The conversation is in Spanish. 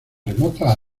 remotas